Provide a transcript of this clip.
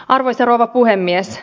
arvoisa puhemies